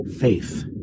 faith